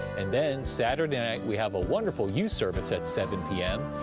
and then saturday night we have a wonderful youth service at seven pm,